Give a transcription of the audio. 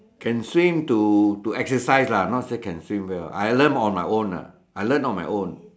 can swim to exercise not say can swim well I learn on my own ah I learn on my own